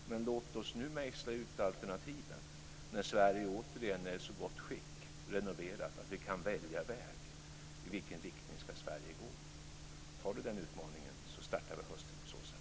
Men låt oss nu mejsla ut alternativen, när Sverige återigen är renoverat och i så gott skick att vi kan välja väg, i vilken riktning Sverige ska gå. Tar Bo Lundgren den utmaningen startar vi hösten på så sätt.